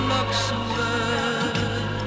Luxembourg